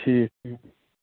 ٹھیٖک